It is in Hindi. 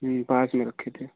पास में रखे थे